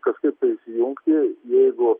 kažkaip tai įsijungti jeigu